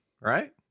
right